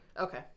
Okay